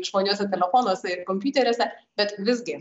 išmaniuosiuose telefonuose ir kompiuteriuose bet visgi